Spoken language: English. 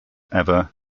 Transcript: ever